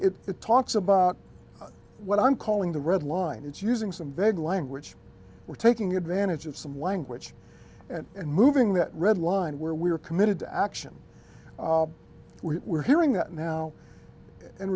it talks about what i'm calling the red line it's using some vague language we're taking advantage of some language and moving that red line where we are committed to action we were hearing that now in